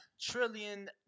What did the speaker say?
Trillion